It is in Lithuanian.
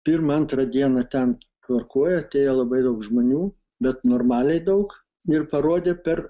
pirmą antrą dieną ten tvarkoj atėjo labai daug žmonių bet normaliai daug ir parodė per